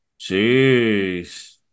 Jeez